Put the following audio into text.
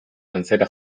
antzera